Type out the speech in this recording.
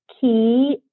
key